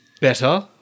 better